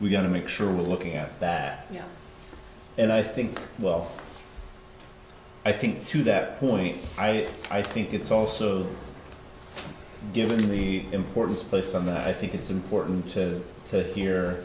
to make sure we're looking at that and i think well i think to that point i i think it's also given the importance placed on the i think it's important to to hear